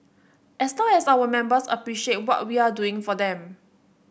as long as our members appreciate what we are doing for them